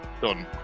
done